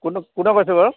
কোনে কোনে কৈছে বাৰু